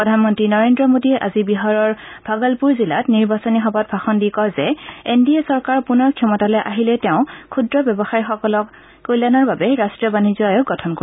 প্ৰধানমন্ত্ৰী নৰেন্দ্ৰ মোদীয়ে আজি বিহাৰৰ ভাগলপুৰ জিলাত নিৰ্বাচনী সভাত ভাষণ দি কয় যে এন ডি এ চৰকাৰ পুনৰ ক্ষমতালৈ আহিলে তেওঁ ক্ষুদ্ৰ ব্যৱসায়ীসকলৰ কল্যাণৰ বাবে ৰাষ্ট্ৰীয় বাণিজ্য আয়োগ গঠন কৰিব